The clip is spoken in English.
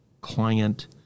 client